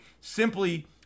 simply